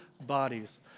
bodies